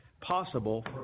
possible